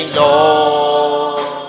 lord